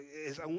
es